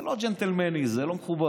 זה לא ג'נטלמני, זה לא מכובד.